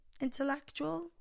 intellectual